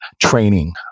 training